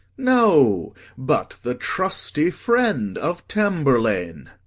no but the trusty friend of tamburlaine.